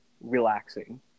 relaxing